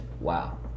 wow